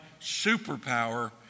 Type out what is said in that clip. superpower